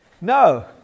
No